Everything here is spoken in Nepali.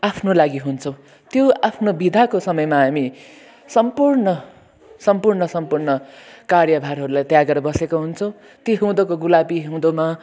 आफ्नो लागि हुन्छौँ त्यो आफ्नो बिदाको समयमा हामी सम्पूर्ण सम्पूर्ण सम्पूर्ण कार्यभारहरूलाई त्यागेर बसेका हुन्छौँ ती हिउँदको गुलाबी हिउँदमा